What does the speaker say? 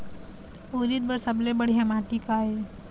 उरीद बर सबले बढ़िया माटी का ये?